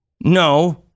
No